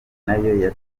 nayo